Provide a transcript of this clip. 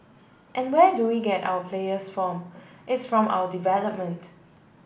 and where do we get our players from it's from our development